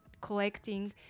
collecting